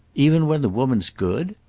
even when the woman's good?